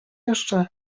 jeszcze